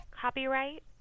copyright